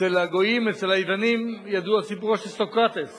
אצל הגויים, אצל היוונים, ידוע סיפורו של סוקרטס